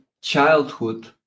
childhood